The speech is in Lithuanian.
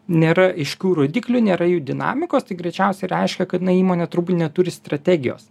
nėra aiškių rodiklių nėra jų dinamikos tai greičiausiai reiškia kad na įmonė turbūt neturi strategijos